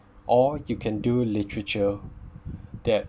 or you can do literature that